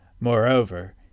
Moreover